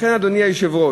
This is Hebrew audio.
לכן, אדוני היושב-ראש,